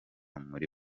muli